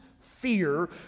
fear